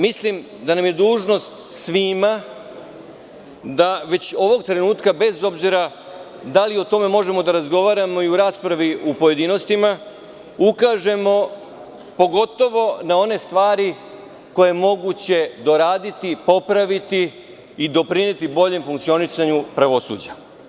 Mislim da nam je dužnost svima, da već ovog trenutka, bez obzira da li o tome možemo da razgovaramo i u raspravi u pojedinostima, ukažemo, pogotovo na one stvari koje je moguće doraditi, popraviti i doprineti boljem funkcionisanju pravosuđa.